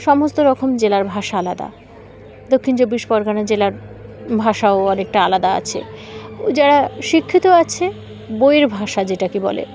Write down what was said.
সমস্ত রকম জেলার ভাষা আলাদা দক্ষিণ চব্বিশ পরগনা জেলার ভাষাও অনেকটা আলাদা আছে যারা শিক্ষিত আছে বইয়ের ভাষা যেটা কি বলে